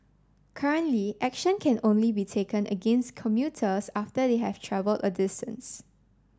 currently action can only be taken against commuters after they have travelled a distance